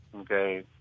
okay